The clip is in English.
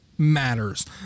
matters